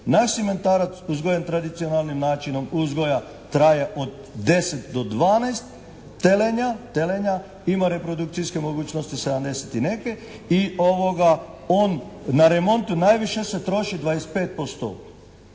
Naš simentalac uzgojen tradicionalnim načinom uzgoja traje od 10 do 12 telenja. Ima reprodukcijske mogućnosti 70 i nekaj i on na remontu najviše se troši 25%.